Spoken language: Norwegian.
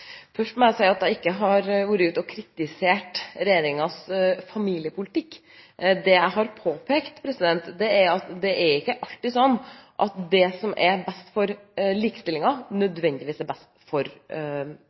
Først må jeg si at jeg ikke har vært ute og kritisert regjeringens familiepolitikk. Det jeg har påpekt, er at det ikke alltid er sånn at det som er best for